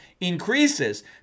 increases